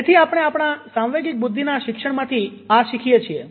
તેથી આપણે આપણા સાંવેગિક બુદ્ધિના શિક્ષણમાંથી આ શીખીએ છીએ